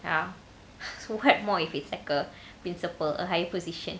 ya so what more if it's like a principal a higher position